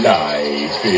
life